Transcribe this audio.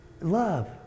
Love